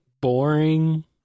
boring